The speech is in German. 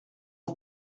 der